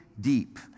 deep